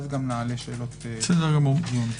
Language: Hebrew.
בסדר גמור.